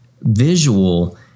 visual